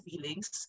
feelings